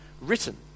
written